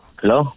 Hello